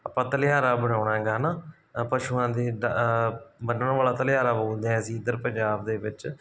ਆਪਾਂ ਧਲਿਆਰਾ ਬਣਾਉਣਾ ਗਾ ਹੈ ਨਾ ਪਸ਼ੂਆਂ ਦੇ ਦ ਬੰਨਣ ਵਾਲਾ ਧਲਿਆਰਾ ਬੋਲਦੇ ਹਾਂ ਅਸੀਂ ਇੱਧਰ ਪੰਜਾਬ ਦੇ ਵਿੱਚ